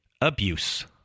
abuse